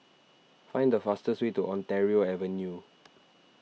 find the fastest way to Ontario Avenue